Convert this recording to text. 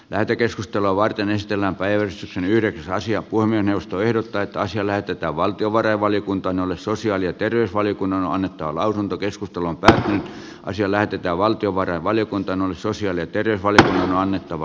lähetekeskustelua varten ystävänpäivän yhdeksäs ja puomien puhemiesneuvosto ehdottaa että asia lähetetään valtiovarainvaliokuntaan sosiaali ja terveysvaliokunnan lausunto keskustelun pää asia hallintovaliokuntaan jolle sivistysvaliokunnan sosiaali ja työ oli annettava